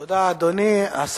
תודה, אדוני.